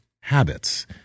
habits